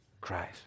cries